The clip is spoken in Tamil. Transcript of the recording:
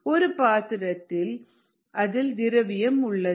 ஒரு பாத்திரம் அதில் திரவியம் உள்ளது